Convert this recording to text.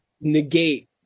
negate